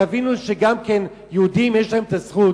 תבינו שגם כן יהודים, יש להם הזכות